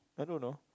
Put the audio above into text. I don't know